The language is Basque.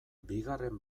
bigarren